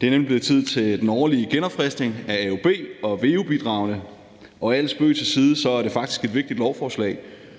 Det er nemlig blevet tid til den årlige genopfriskning af AUB- og veu-bidragene, og med al spøg til side er det faktisk et vigtigt lovforslag.